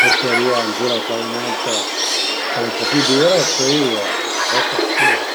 purcherìa zura ël paviment ch'al e ën po pi dür e pöi ël rest a aspira